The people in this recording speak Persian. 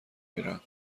میرم